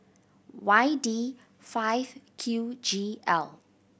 Y D five Q G L